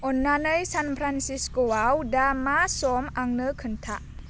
अन्नानै सानफ्रानसिस्क'आव दा मा सम आंनो खोन्था